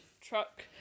truck